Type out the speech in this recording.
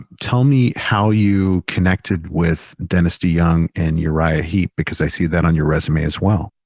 tell me how you connected with dennis deyoung and uriah heep? because i see that on your resume as well.